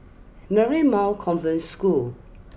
Marymount Convent School